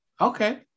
Okay